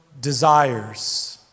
desires